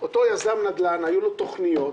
לאותו יזם נדל"ן היו תוכניות